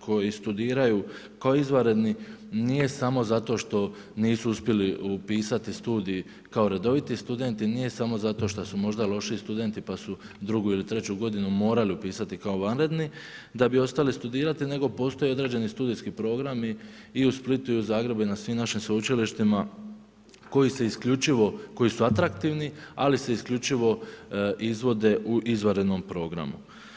koji studiraju kao izvanredni nije samo zato što nisu uspjeli upisati studij kao redoviti studenti, nije samo zato što su možda lošiji studenti pa su drugu ili treću godinu morali upisati kao vanredni da bi ostali studirati nego postoje određeni studijski programi i u Splitu i u Zagrebu i na svim našim sveučilištima koji su atraktivni ali se isključivo izvode u izvanrednom programu.